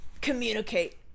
Communicate